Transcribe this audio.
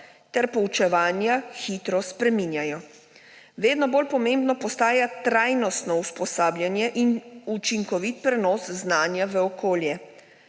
ter poučevanja hitro spreminjajo. Vedno bolj pomembno postaja trajnostno usposabljanje in učinkovit prenos znanja v okolje.